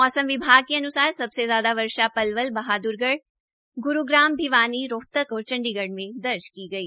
मौसम विभाग ने अनुसार सबसे ज्यादा वर्षा पलवल बहाद्रगढ़ ग्रूग्राम भिवानी रोहतक और चंडीगढ़ में दर्ज की गई